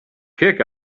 kick